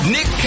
Nick